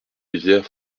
rivières